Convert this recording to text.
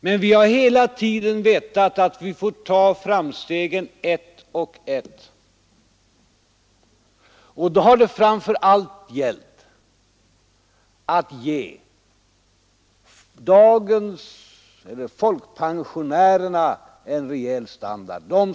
Men vi har hela tiden vetat att vi får ta framstegen ett och ett, och då har det framför allt gällt att ge dem som är pensionärer en rejäl standard.